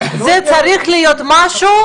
זאת אומרת הן לא יחזיקו בשנת 2040 את הביקוש,